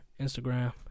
Instagram